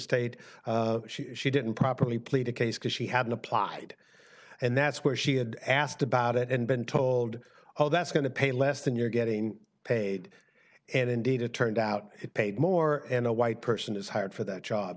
state she didn't properly plead a case because she hadn't applied and that's where she had asked about it and been told all that's going to pay less than you're getting paid and indeed it turned out it paid more and a white person is hired for that job